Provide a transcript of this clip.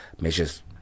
measures